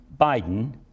Biden